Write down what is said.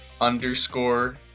underscore